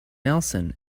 nelson